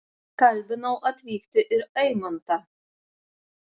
kalbinau atvykti ir aimantą